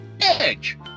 Edge